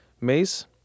Mace